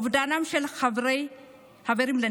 אובדנם של חברים לנשק,